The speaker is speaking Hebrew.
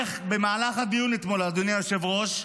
אדוני היושב-ראש,